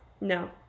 No